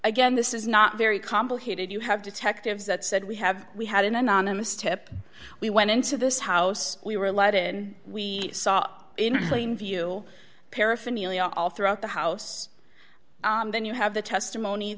again this is not very complicated you have detectives that said we have we had an anonymous tip we went into this house we were allowed in we saw up in plain view paraphernalia all throughout the house then you have the testimony